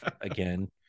again